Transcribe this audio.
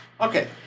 Okay